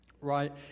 Right